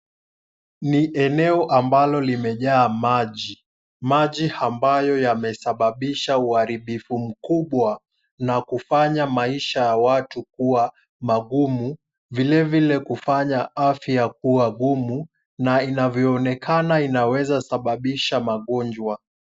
Ni eneo ambalo limejaa maji, maji ambayo yamesababisha uharibifu mkubwa na kufanya maisha ya watu kuwa magumu, vilevile kufanya afya kuwa ngumu na inavyoonekana inaweza sababisha magonjwa.